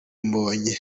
mbonyi